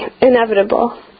inevitable